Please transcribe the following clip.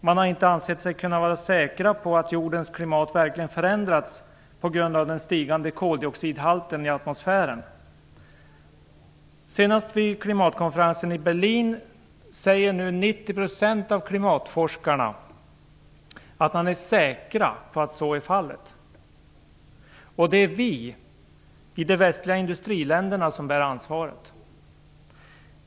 Man har inte ansett sig kunna vara säker på att jordens klimat verkligen förändrats på grund av den stigande koldioxidhalten i atmosfären. Senast vid klimatkonferensen i Berlin säger nu 90 % av klimatforskarna att man är säker på att så är fallet. Och det är vi i de västliga industriländerna som bär ansvaret.